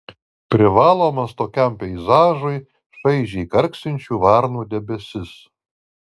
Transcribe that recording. privalomas tokiam peizažui šaižiai karksinčių varnų debesis